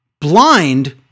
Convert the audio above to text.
blind